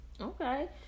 Okay